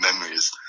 memories